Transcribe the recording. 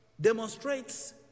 demonstrates